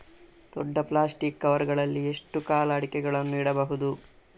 ದೊಡ್ಡ plastic cover ಗಳಲ್ಲಿ ಎಷ್ಟು ಕಾಲ ಅಡಿಕೆಗಳನ್ನು ಇಡಬಹುದು?